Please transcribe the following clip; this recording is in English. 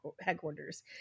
headquarters